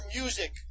music